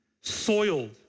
soiled